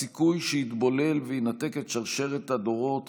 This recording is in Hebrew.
הסיכוי שיתבולל וינתק את שרשרת הדורות